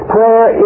Prayer